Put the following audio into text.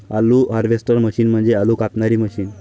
आलू harvester machine म्हणजे आलू कापणारी मशीन